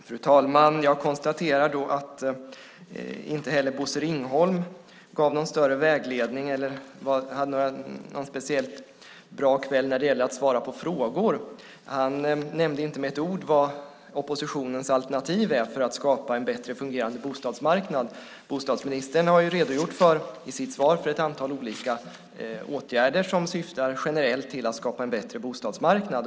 Fru talman! Jag konstaterar att inte heller Bosse Ringholm gav någon större vägledning eller hade en speciellt bra kväll när det gäller att svara på frågor. Han nämnde inte med ett ord vad oppositionens alternativ är för att skapa en bättre fungerande bostadsmarknad. Bostadsministern har i sitt svar redogjort för ett antal olika åtgärder som generellt syftar till att skapa en bättre bostadsmarknad.